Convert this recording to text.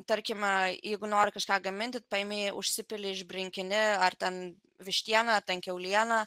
tarkime jeigu nori kažką gaminti paimi užsipili išbrinkini ar ten vištieną ar ten kiaulieną